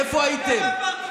איפה הייתם?